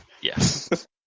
Yes